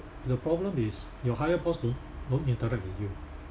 the problem is your higher boss don't interact with you